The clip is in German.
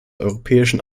europäischen